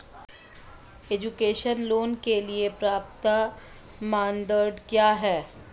Education loan के लिए पात्रता मानदंड क्या है?